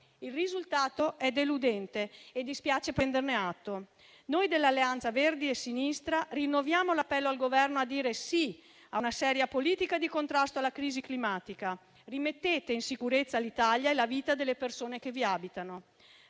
Il risultato è deludente, dispiace prenderne atto. Noi dell'Alleanza Verdi e Sinistra rinnoviamo l'appello al Governo di mettere in cima all'agenda politica il contrasto alla crisi climatica: mettete in sicurezza l'Italia e le persone che vi abitano.